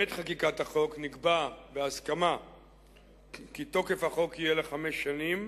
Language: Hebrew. בעת חקיקת החוק נקבע בהסכמה כי תוקף החוק יהיה לחמש שנים,